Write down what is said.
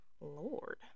lord